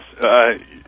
Yes